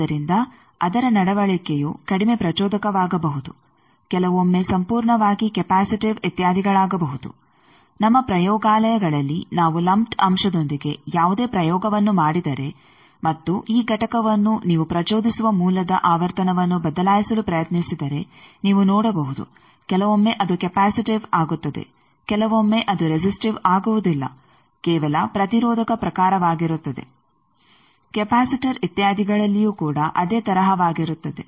ಆದ್ದರಿಂದ ಅದರ ನಡವಳಿಕೆಯು ಕಡಿಮೆ ಪ್ರಚೋದಕವಾಗಬಹುದು ಕೆಲವೊಮ್ಮೆ ಸಂಪೂರ್ಣವಾಗಿ ಕೆಪಾಸಿಟಿವ್ ಇತ್ಯಾದಿಗಳಾಗಬಹುದು ನಮ್ಮ ಪ್ರಯೋಗಾಲಯಗಳಲ್ಲಿ ನಾವು ಲಂಪ್ಡ್ ಅಂಶದೊಂದಿಗೆ ಯಾವುದೇ ಪ್ರಯೋಗವನ್ನು ಮಾಡಿದರೆ ಮತ್ತು ಈ ಘಟಕವನ್ನು ನೀವು ಪ್ರಚೋದಿಸುವ ಮೂಲದ ಆವರ್ತನವನ್ನು ಬದಲಾಯಿಸಲು ಪ್ರಯತ್ನಿಸಿದರೆ ನೀವು ನೋಡಬಹುದು ಕೆಲವೊಮ್ಮೆ ಅದು ಕೆಪಾಸಿಟಿವ್ ಆಗುತ್ತದೆ ಕೆಲವೊಮ್ಮೆ ಅದು ರೆಸಿಸ್ಟಿವ್ ಆಗುವುದಿಲ್ಲ ಕೇವಲ ಪ್ರತಿರೋಧಕ ಪ್ರಕಾರವಾಗಿರುತ್ತದೆ ಕೆಪಾಸಿಟರ್ ಇತ್ಯಾದಿಗಳಲ್ಲಿಯೂ ಕೂಡ ಅದೇ ತರಹವಾಗಿರುತ್ತದೆ